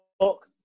talk